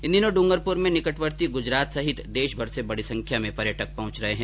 इन दिनों डूंगरपुर में निकटवर्ती गुजरात सहित देशभर से बडी संख्या में पर्यटक पहुंच रहे है